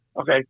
okay